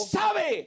sabe